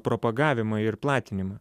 propagavimą ir platinimą